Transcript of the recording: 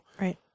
Right